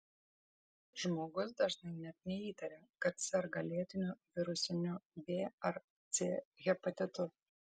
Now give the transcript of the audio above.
žmogus dažnai net neįtaria kad serga lėtiniu virusiniu b ar c hepatitu